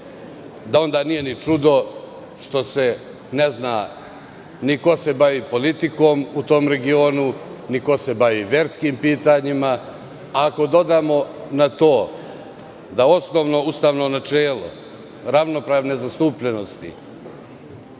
da onda nije ni čudo što se ne zna ni ko se bavi politikom u tom regionu, ni ko se bavi verskim pitanjima, a ako dodamo na to da osnovno ustavno načelo ravnopravne zastupljenosti